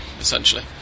essentially